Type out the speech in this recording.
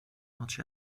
much